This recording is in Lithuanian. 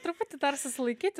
truputį tarsi sulaikyti